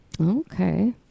Okay